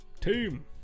Team